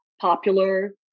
popular